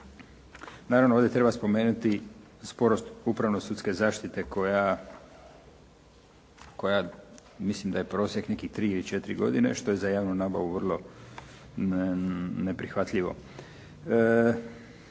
Naravno ovdje treba spomenuti sporost upravno sudske zaštite koja mislim da je prosjek tri ili četiri godine, što je za javnu nabavu vrlo neprihvatljivo.